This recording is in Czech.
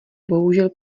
bohužel